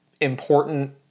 important